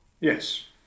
Yes